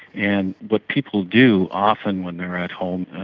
and what people do often when they are at home,